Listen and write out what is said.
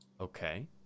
Okay